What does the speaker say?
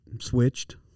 switched